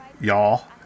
Y'all